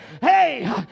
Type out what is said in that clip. hey